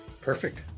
Perfect